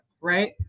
right